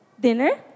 dinner